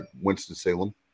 Winston-Salem